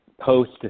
post